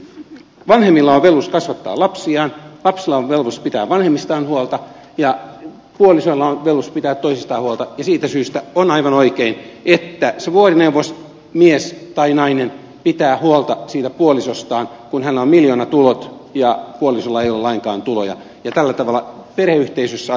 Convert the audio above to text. meidän mielestämme vanhemmilla on velvollisuus kasvattaa lapsiaan lapsilla on velvollisuus pitää vanhemmistaan huolta ja puolisoilla on velvollisuus pitää toisistaan huolta ja siitä syystä on aivan oikein että se vuorineuvos mies tai nainen pitää huolta puolisostaan kun hänellä on miljoonatulot ja puolisolla ei ole lainkaan tuloja ja tällä tavalla perheyhteisössä asioitten pitää toimia